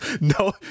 No